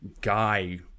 guy